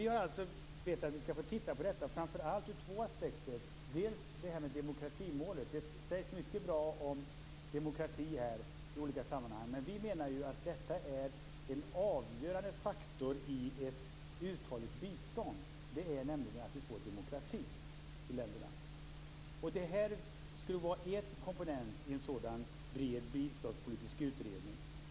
Vi har bett att man skall titta på detta framför allt ur två aspekter. Det gäller först och främst demokratimålet. Det sägs mycket bra om demokrati i olika sammanhang. Vi menar att en avgörande faktor i ett uthålligt bistånd är att man får demokrati i länderna. Det skulle vara en komponent i en bred biståndspolitisk utredning.